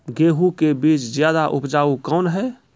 गेहूँ के बीज ज्यादा उपजाऊ कौन है?